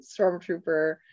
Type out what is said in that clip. stormtrooper